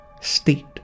state